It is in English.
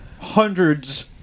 hundreds